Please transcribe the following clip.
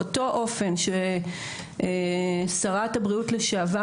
באותו אופן ששרת הבריאות לשעבר,